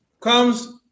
Comes